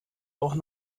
auch